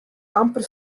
amper